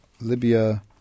Libya –